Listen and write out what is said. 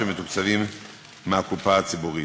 שמתוקצבים מהקופה הציבורית.